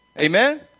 Amen